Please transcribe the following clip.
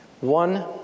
One